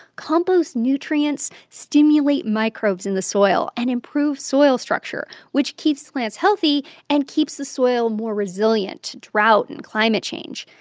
compost nutrients stimulate microbes in the soil and improve soil structure, which keeps plants healthy and keeps the soil more resilient to drought and climate change.